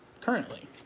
currently